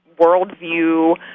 worldview